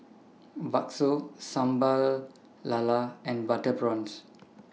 Bakso Sambal Lala and Butter Prawns